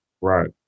Right